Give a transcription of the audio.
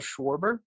Schwarber